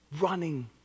running